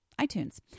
iTunes